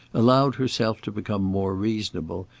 allowed herself to become more reasonable,